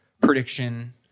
prediction